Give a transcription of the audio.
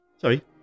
Sorry